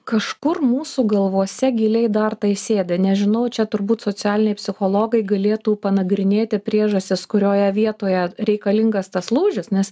kažkur mūsų galvose giliai dar tai sėdi nežinau čia turbūt socialiniai psichologai galėtų panagrinėti priežastis kurioje vietoje reikalingas tas lūžis nes